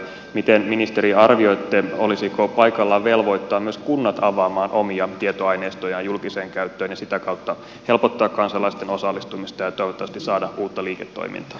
miten ministeri arvioitte olisiko paikallaan velvoittaa myös kunnat avaamaan omia tietoaineistojaan julkiseen käyttöön ja sitä kautta helpottaa kansalaisten osallistumista ja toivottavasti saada uutta liiketoimintaa